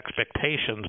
expectations